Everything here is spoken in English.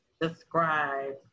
describe